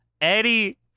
Eddie